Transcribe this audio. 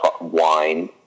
wine